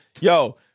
Yo